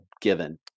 given